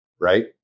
right